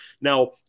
Now